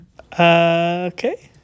Okay